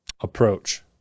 approach